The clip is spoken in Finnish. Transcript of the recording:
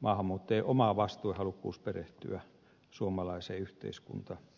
maahanmuuttajien oma vastuu ja halukkuus perehtyä suomalaiseen yhteiskuntajärjestelmään